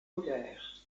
polaire